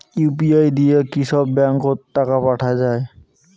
UPI দিয়া কি সব ব্যাংক ওত টাকা পাঠা যায়?